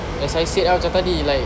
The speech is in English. as I said ah macam tadi like